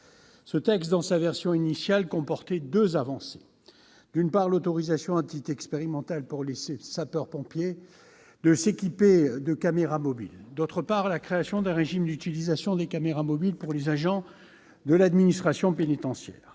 Ce texte, dans sa version initiale, comportait deux avancées : d'une part, l'autorisation d'équiper les sapeurs-pompiers, à titre expérimental, de caméras mobiles ; d'autre part, la création d'un régime d'utilisation des caméras mobiles pour les agents de l'administration pénitentiaire.